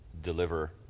deliver